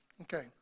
okay